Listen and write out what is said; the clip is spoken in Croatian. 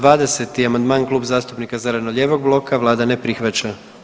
20. amandman Klub zastupnika zeleno-lijevog bloka, Vlada ne prihvaća.